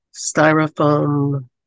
styrofoam